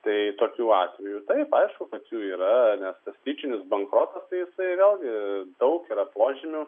tai tokių atvejų taip aišku kad jų yra nes tas tyčinis bankrotas tai jisai vėlgi daug yra požymių